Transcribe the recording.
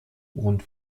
rund